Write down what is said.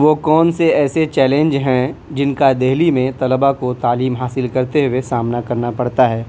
وہ کون سے ایسے چیلینج ہیں جن کا دہلی میں طلبا کو تعلیم حاصل کرتے ہوئے سامنا کرنا پڑتا ہے